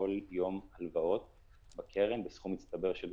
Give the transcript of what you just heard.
כל יום הלוואות בקרן, בסכום מצטבר של